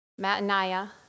Mataniah